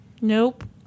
Nope